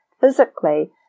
physically